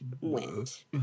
went